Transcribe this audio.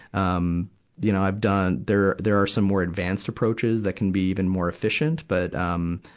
um you know, i've done there, there are some more advanced approaches that can be even more efficient. but, um,